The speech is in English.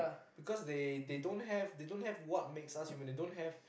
because they they don't have they don't have what makes us human they don't have